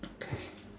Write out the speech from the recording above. okay